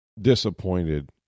disappointed